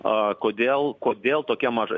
o kodėl kodėl tokia maža